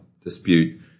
dispute